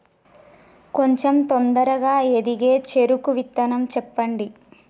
కొంచం తొందరగా ఎదిగే చెరుకు విత్తనం చెప్పండి?